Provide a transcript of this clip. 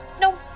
no